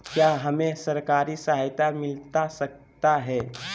क्या हमे सरकारी सहायता मिलता सकता है?